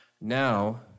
Now